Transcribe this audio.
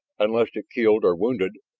unless it killed or wounded,